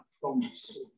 promise